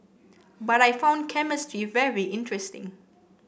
but I found chemistry very interesting